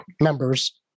members